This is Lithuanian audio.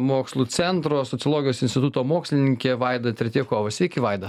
mokslų centro sociologijos instituto mokslininkė vaida tretjakova sveiki vaida